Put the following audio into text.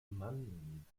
mann